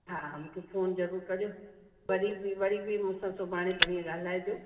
हा मूंखे फ़ोन ज़रूर कजो वरी बि वरी बि मूं सां सुभाणे पणीह ॻाल्हाइजो